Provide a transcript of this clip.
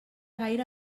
gaire